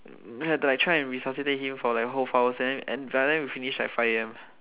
then have to like resuscitate for like whole four hours and then and by then we finish like five A_M